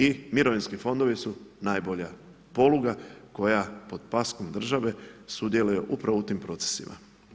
I mirovinski fondovi su najbolja poluga koja pod paskom države sudjeluje upravo u tim procesima.